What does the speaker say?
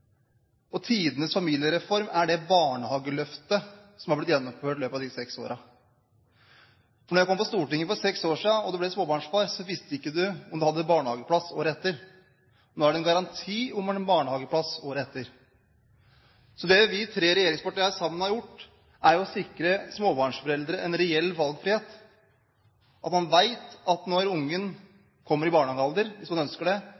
gjennomføre tidenes familiereform. Tidenes familiereform er det barnehageløftet som har blitt gjennomført i løpet av disse seks årene. Da jeg kom på Stortinget for seks år siden og man ble småbarnsfar, visste man ikke om man hadde barnehageplass året etter. Nå er det en garanti om en barnehageplass året etter. Det vi tre regjeringspartiene sammen har gjort, er å sikre småbarnsforeldre en reell valgfrihet, sikre at man vet at når ungen kommer i barnehagealder, er det en lovfestet rett til barnehageplass, hvis man ønsker det.